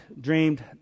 dreamed